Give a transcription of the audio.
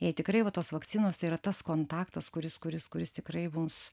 jei tikrai va tos vakcinos tai yra tas kontaktas kuris kuris kuris tikrai mums